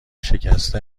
شکسته